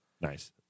Nice